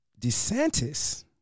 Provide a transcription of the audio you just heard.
DeSantis